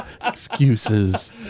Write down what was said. excuses